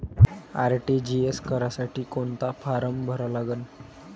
RTGS करासाठी कोंता form भरा लागन?